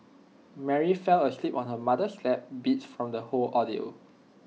Mary fell asleep on her mother's lap beat from the whole ordeal